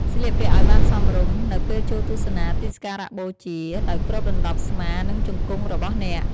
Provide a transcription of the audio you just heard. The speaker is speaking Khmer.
ស្លៀកពាក់ឲ្យបានសមរម្យ នៅពេលចូលទស្សនាទីសក្ការៈបូជា ដោយគ្របដណ្តប់ស្មា និងជង្គង់របស់អ្នក។